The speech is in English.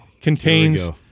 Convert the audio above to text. contains